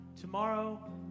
tomorrow